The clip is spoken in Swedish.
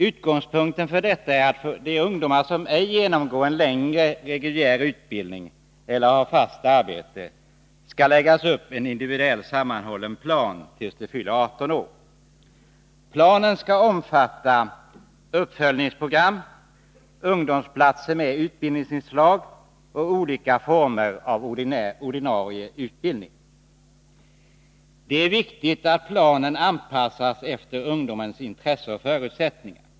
Utgångspunkten för detta är att det för de ungdomar som ej genomgår en längre reguljär utbildning eller har fast arbete skall läggas upp en individuell sammanhållen plan tills ungdomarna fyller 18 år. Planen skall omfatta uppföljningsprogram, ungdomsplatser med utbildningsinslag och olika former av ordinarie utbildning. Det är viktigt att planen anpassas efter ungdomens intressen och förutsättningar.